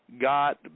got